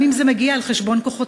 גם אם זה מגיע על חשבון כוחותינו.